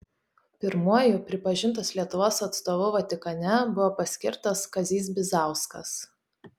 pirmuoju pripažintos lietuvos atstovu vatikane buvo paskirtas kazys bizauskas